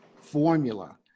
formula